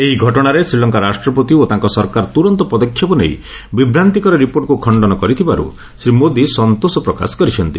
ଏହି ଘଟଣାରେ ଶ୍ରୀଲଙ୍କା ରାଷ୍ଟ୍ରପତି ଓ ତାଙ୍କ ସରକାର ତୁରନ୍ତ ପଦକ୍ଷେପ ନେଇ ବିଭ୍ରାନ୍ତିକର ରିପୋର୍ଟକୁ ଖଣ୍ଡନ କରିଥିବାରୁ ଶ୍ରୀ ମୋଦି ସନ୍ତୋଷ ପ୍ରକାଶ କରିଛନ୍ତି